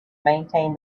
maintained